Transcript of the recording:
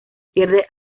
pierde